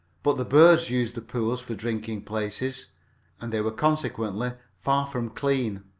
but the birds used the pools for drinking places and they were consequently far from clean.